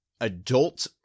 adult